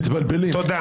נפל.